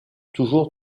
toujours